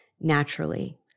naturally